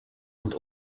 und